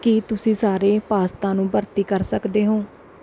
ਕੀ ਤੁਸੀਂ ਸਾਰੇ ਪਾਸਤਾ ਨੂੰ ਭਰਤੀ ਕਰ ਸਕਦੇ ਹੋ